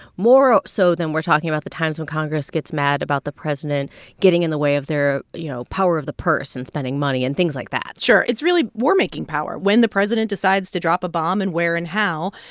more ah so than we're talking about the times when congress gets mad about the president getting in the way of their, you know, power of the purse and spending money and things like that sure. it's really war-making power when the president decides to drop a bomb and where and how.